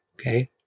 Okay